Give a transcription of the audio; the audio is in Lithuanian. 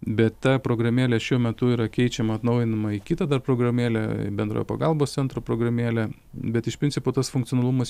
bet ta programėlė šiuo metu yra keičiama atnaujinama į kitą dar programėlę bendrojo pagalbos centro programėlę bet iš principo tas funkcionalumas